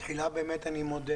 מחילה, אני מודה